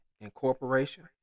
Incorporation